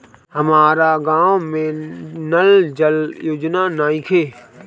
हमारा गाँव मे नल जल योजना नइखे?